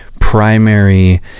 primary